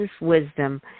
wisdom